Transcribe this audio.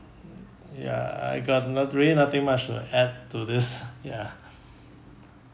ya I got not really nothing much lah add to this ya